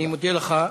אני מודה לך,